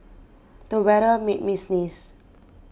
the weather made me sneeze